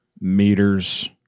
meters